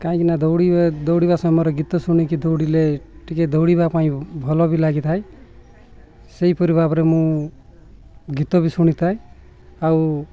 କାହିଁକିନା ଦୌଡ଼ିବା ଦୌଡ଼ିବା ସମୟରେ ଗୀତ ଶୁଣିକି ଦୌଡ଼ିଲେ ଟିକେ ଦୌଡ଼ିବା ପାଇଁ ଭଲ ବି ଲାଗିଥାଏ ସେହିପରି ଭାବରେ ମୁଁ ଗୀତ ବି ଶୁଣିଥାଏ ଆଉ